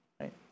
right